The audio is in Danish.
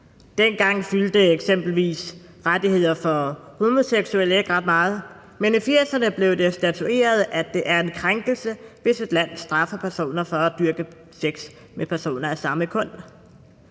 Dengang fyldte eksempelvis rettigheder for homoseksuelle ikke ret meget, men i 1980'erne blev det statueret, at det er en krænkelse, hvis et land straffer personer for at dyrke sex med personer af samme køn.